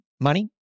money